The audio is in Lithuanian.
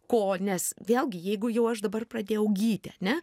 ko nes vėlgi jeigu jau aš dabar pradėjau gyti ne